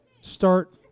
start